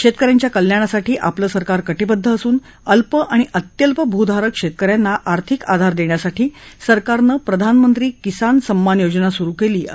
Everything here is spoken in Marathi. शेतक यांच्या कल्याणासाठी आपलं सरकार कटिबद्ध असून अल्प आणि अत्यल्प भूधारक शेतक यांना आर्थिक आधार देण्यासाठी सरकारनं प्रधानमंत्री किसान सम्मान योजना सुरु केली असं त्यांनी सांगितलं